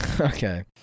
Okay